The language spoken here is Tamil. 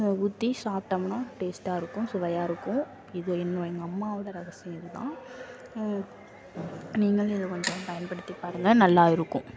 ஊற்றி சாப்பிட்டமுனா டேஸ்ட்டாக இருக்கும் சுவையாக இருக்கும் இது இன்னும் எங்கள் அம்மாவோடய ரசம் இது தான் நீங்களும் இதை கொஞ்சம் பயன்படுத்தி பாருங்க நல்லா இருக்கும்